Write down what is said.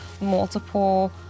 multiple